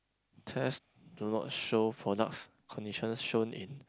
test do not show products conditions shown in